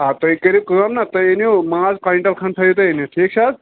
آ تُہۍ کٔرِو کٲم نا تُہۍ أنِو ماز کویِنٹَل کھٔنٛڈ تھٲیِو تُہۍ أنِتھ ٹھیٖک چھِ حظ